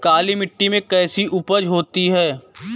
काली मिट्टी में कैसी उपज होती है?